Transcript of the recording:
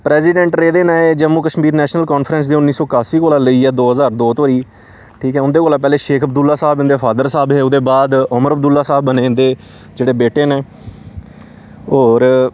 president रेह्दे न एह् जम्मू कश्मीर नेशनल कांन्फ्रेंस दे उन्नी सौ कास्सी कोला लेइयै दो ज्हार दो धोड़ी ठीक ऐ उंदे कोला पैह्लें शेख अब्दुल्ल साह्ब इंदे फादर साह्ब हे ओह्दे बाद उमर अब्दुल्ल साह्ब बने इंदे जेह्ड़े बेटे न होर